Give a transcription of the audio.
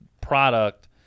product